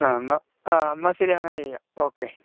ആ എന്നാൽ ആ എന്നാൽ ശരി അങ്ങനെ ചെയ്യാം ഓക്കേ